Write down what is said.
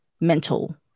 mental